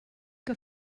que